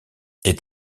est